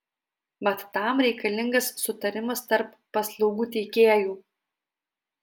mat tam reikalingas sutarimas tarp paslaugų teikėjų